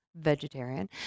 vegetarian